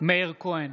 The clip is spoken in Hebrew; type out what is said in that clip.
מאיר כהן,